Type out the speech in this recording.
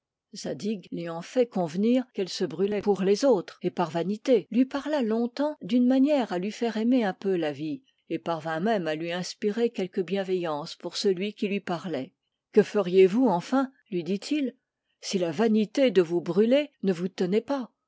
zadig l'ayant fait convenir qu'elle se brûlait pour les autres et par vanité lui parla long-temps d'une manière à lui faire aimer un peu la vie et parvint même à lui inspirer quelque bienveillance pour celui qui lui parlait que feriez-vous enfin lui dit-il si la vanité de vous brûler ne vous tenait pas